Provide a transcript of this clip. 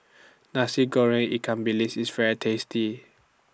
Nasi Goreng Ikan Bilis IS very tasty